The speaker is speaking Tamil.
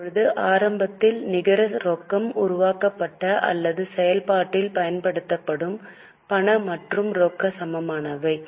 இப்போது ஆரம்பத்தில் நிகர ரொக்கம் உருவாக்கப்பட்ட அல்லது செயல்பாட்டில் பயன்படுத்தப்படும் பண மற்றும் ரொக்க சமமானவை